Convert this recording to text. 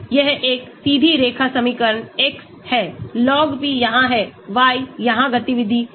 तो यह एक सीधी रेखा समीकरण x है log p यहाँ है y यहाँ गतिविधि है